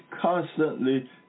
constantly